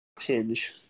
hinge